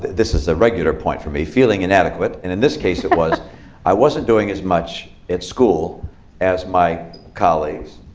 this is a regular point for me feeling inadequate. and in this case, it was i wasn't doing as much at school as my colleagues.